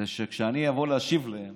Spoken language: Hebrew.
וכשאני אבוא להשיב להם